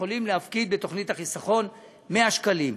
יכולים להפקיד בתוכנית החיסכון 100 שקלים.